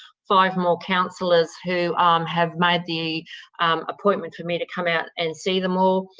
five more councillors who have made the appointment for me to come out and see them all.